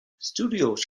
studios